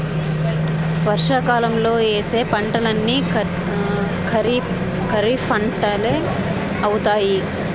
వర్షాకాలంలో యేసే పంటలన్నీ ఖరీఫ్పంటలే అవుతాయి